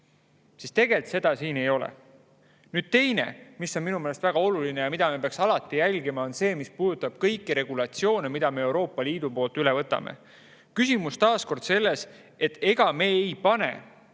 Tegelikult seda siin ei ole. Nüüd see, mis on minu meelest väga oluline ja mida me peaks alati jälgima, on see, mis puudutab kõiki regulatsioone, mida me Euroopa Liidult üle võtame. Küsimus on taas kord selles, kas me ei pane